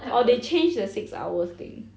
orh they change the six hours thing